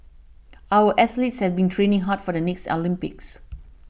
our athletes have been training hard for the next Olympics